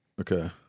Okay